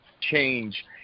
change